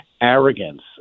arrogance